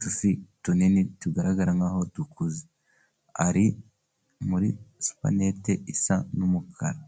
dufi tunini tugaragara nkaho dukuze, ari muri supanete isa n'umukara.